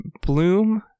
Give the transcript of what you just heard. Bloom